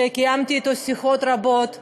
שקיימתי אתו שיחות רבות שיתמוך,